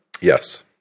Yes